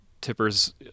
Tipper's